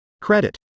Credit